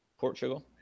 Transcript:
Portugal